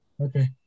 Okay